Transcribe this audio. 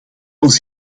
ons